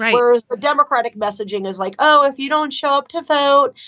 where's the democratic messaging is like. oh, if you don't show up to vote,